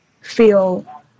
feel